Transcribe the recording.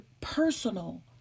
personal